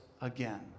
again